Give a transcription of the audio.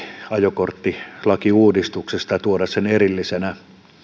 ajokorttilakiuudistuksesta ja tuoda sen erillisenä